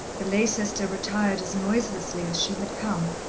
the lay-sister retired as noiselessly as she had come,